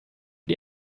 die